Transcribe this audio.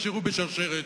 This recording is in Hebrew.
תקשרו בשרשרת,